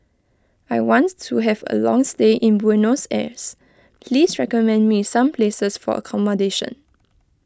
I want to have a long stay in Buenos Aires Please recommend me some places for accommodation